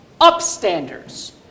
Upstanders